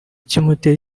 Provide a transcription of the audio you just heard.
kimpoteri